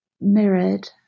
mirrored